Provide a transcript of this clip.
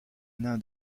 nain